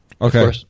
okay